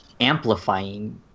amplifying